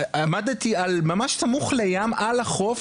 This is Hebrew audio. עמדתי ממש סמוך לים על החוף,